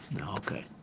Okay